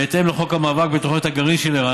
בהתאם לחוק המאבק בתוכנית הגרעין של איראן,